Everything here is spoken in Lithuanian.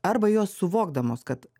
arba jos suvokdamos kad